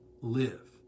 live